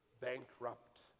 bankrupt